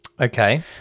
Okay